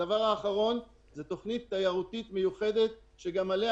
דבר אחרון תכנית תיירותית מיוחדת שגם עליה